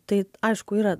tai aišku yra